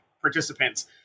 participants